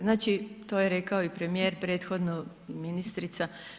Znači to je rekao i premijer prethodno i ministrica.